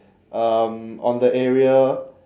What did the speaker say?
um on the area